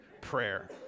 prayer